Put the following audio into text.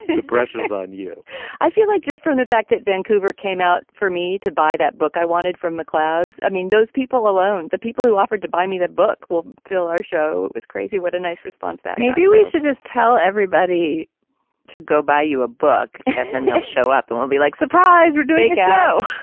the pressure is on you i feel like just from the fact that vancouver came out for me to buy that book i wanted from mcleod's i mean those people alone the people who offered to buy me that book will fill our show it was crazy what a nice response that maybe we should just tell everybody to go buy you a book and i'll show up and i'll be like surprise with the big show